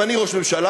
אם אני ראש ממשלה,